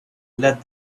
led